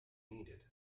needed